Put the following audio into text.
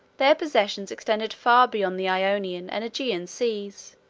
their possessions extended far beyond the ionian and aegean seas,